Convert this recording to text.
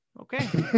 okay